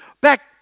back